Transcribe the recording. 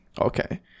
okay